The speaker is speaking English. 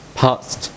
past